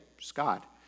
Scott